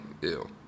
ew